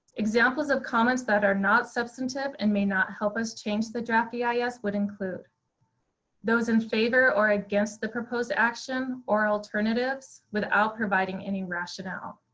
examples of comments that are not substantive and may not help us change the draft the ah yeah irs would include those in favor or against the proposed action or alternatives without providing any rationale,